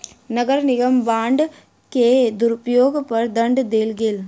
नगर निगम बांड के दुरूपयोग पर दंड देल गेल